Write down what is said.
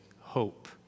hope